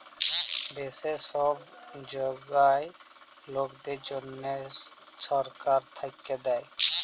দ্যাশের ছব জয়াল লকদের জ্যনহে ছরকার থ্যাইকে দ্যায়